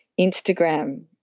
Instagram